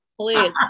please